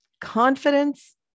Confidence